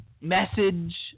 message